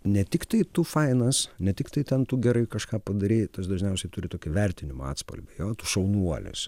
ne tiktai tu fainas ne tiktai ten tu gerai kažką padarei tas dažniausiai turi tokį vertinimo atspalvį jo tu šaunuolis jo